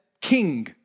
king